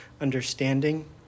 understanding